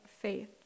faith